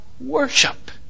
worship